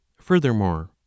Furthermore